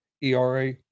ERA